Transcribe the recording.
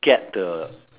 get the